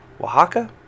Oaxaca